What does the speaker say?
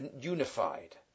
unified